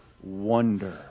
wonder